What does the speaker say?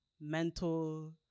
mental